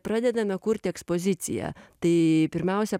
pradedame kurti ekspoziciją tai pirmiausia